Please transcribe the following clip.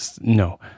No